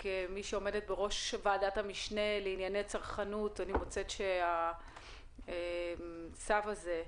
כמי שעומדת בראש ועדת המשנה לענייני צרכנות אני מוצאת שהצו הזה,